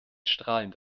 strahlend